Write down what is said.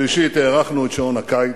שלישית, הארכנו את שעון הקיץ,